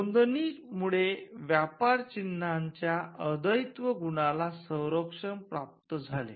नोंदणी मुळे मूळव्यापार चिन्हाच्या अद्वैत्व गुणाला संरक्षण प्राप्त झाले